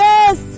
Yes